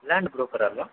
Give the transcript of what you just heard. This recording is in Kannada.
ಲ್ಯಾಂಡ್ ಬ್ರೋಕರ್ ಅಲ್ವ